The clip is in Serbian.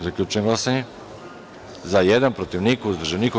Zaključujem glasanje: za – jedan, protiv – niko, uzdržanih – nema.